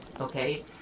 okay